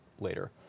later